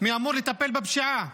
מי אמור לטפל בפשיעה?